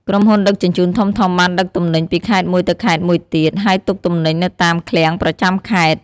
ក្រុមហ៊ុនដឹកជញ្ជូនធំៗបានដឹកទំនិញពីខេត្តមួយទៅខេត្តមួយទៀត ហើយទុកទំនិញនៅតាមឃ្លាំងប្រចាំខេត្ត។